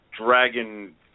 dragon